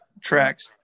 tracks